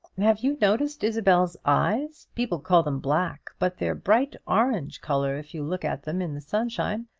have you noticed isabel's eyes? people call them black but they're bright orange-colour, if you look at them in the sunshine.